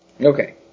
Okay